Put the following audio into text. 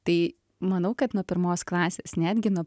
tai manau kad nuo pirmos klasės netgi nuo